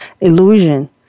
illusion